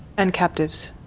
and captives.